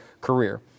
career